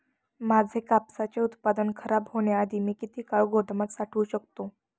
माझे कापसाचे उत्पादन खराब होण्याआधी मी किती काळ गोदामात साठवू शकतो?